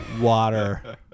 water